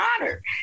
honored